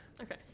Okay